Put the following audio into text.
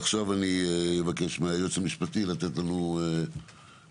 עכשיו אני אבקש מהייעוץ המשפטי לתת לנו סקירה